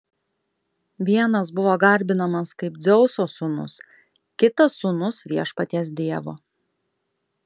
vienas buvo garbinamas kaip dzeuso sūnus kitas sūnus viešpaties dievo